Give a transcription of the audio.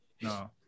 No